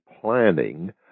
planning